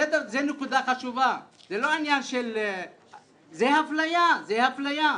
זו נקודה חשובה, זו אפליה, זו אפליה.